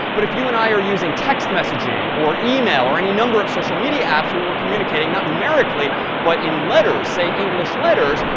but if you and i are using text messaging or email or any number of social media apps where we're communicating not numerically but in letters, say, english letters,